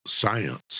science